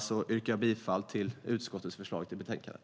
Jag yrkar bifall till utskottets förslag i betänkandet.